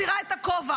מסירה את הכובע,